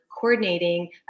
coordinating